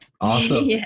Awesome